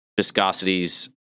viscosities